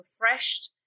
refreshed